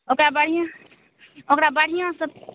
ओकरा बढ़िऑं ओकरा बढ़िऑं सऽ